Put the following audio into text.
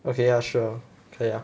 okay ya sure 可以 ah